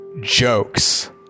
jokes